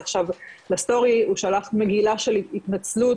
עכשיו בסטורי הוא שלח מגילה של התנצלות,